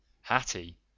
Hattie